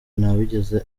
ntawigeze